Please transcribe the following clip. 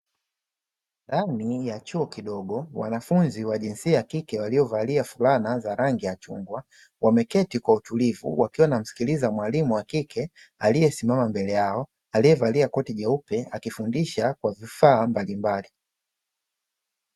Ndani ya chuo kidogo wanafunzi wa jinsia ya kike waliovalia fulana za rangi ya chungwa, wameketi kwa utulivu wakiwa na msikiliza mwalimu wa kike aliyesimama mbele yao, aliyevalia koti jeupe akifundisha kwa vifaa mbalimbali.